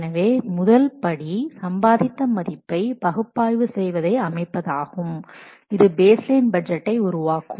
எனவே முதல் படி சம்பாதித்த மதிப்பை பகுப்பாய்வு செய்வதை அமைப்பதாகும் அது பேஸ் லைன் பட்ஜெட்டை உருவாக்கும்